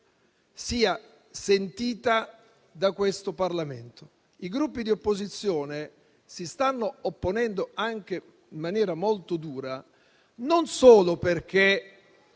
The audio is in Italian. sia sentita da questo Parlamento. I Gruppi di opposizione si stanno opponendo anche in maniera molto dura, non solo perché